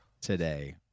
Today